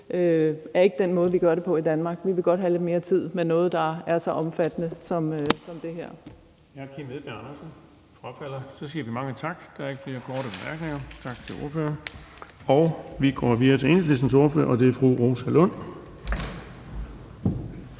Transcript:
det ikke er den måde, vi gør det på i Danmark. Vi vil godt have lidt mere tid med noget, der er så omfattende som det her.